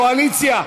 קואליציה,